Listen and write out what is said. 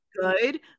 good